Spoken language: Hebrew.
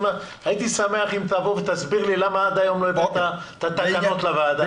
הייתי שמח אם תסביר לי למה עד היום לא הבאת את התקנות לוועדה.